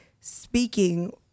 speaking